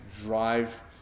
drive